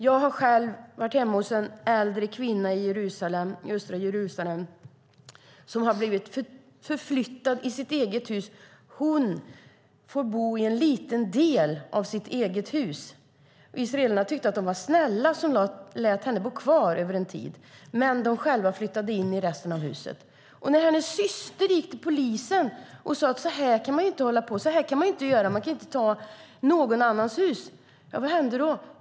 Jag har själv varit hemma hos en äldre kvinna i östra Jerusalem som har blivit förflyttad i sitt eget hus. Hon får bo i en liten del av sitt eget hus. Israelerna tyckte att de var snälla som lät henne bo kvar en tid när de själva flyttade in i resten av huset. Hennes syster gick till polisen och sade att man inte kan ta någon annans hus. Vad hände då?